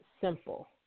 simple